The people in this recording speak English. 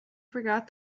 forgot